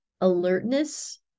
alertness